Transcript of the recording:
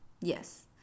Yes